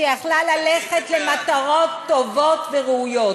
שיכלה ללכת למטרות טובות וראויות.